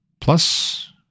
plus